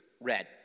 red